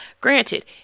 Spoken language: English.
granted